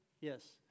Yes